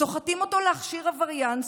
סוחטים אותו להכשיר עבריין,